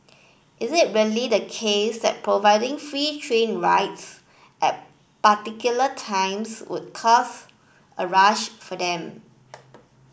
is it really the case that providing free train rides at particular times would cause a rush for them